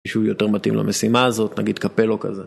שהוא יותר מתאים למשימה הזאת, נגיד קפלו כזה.